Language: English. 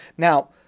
Now